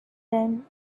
then